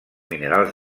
minerals